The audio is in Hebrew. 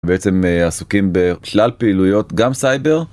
בעצם עסוקים בשלל פעילויות גם סייבר.